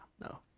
no